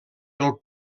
del